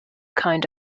kind